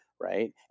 right